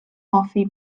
hoffi